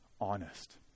honest